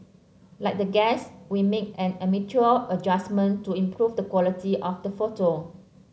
like the guests we made an amateur adjustment to improve the quality of the photo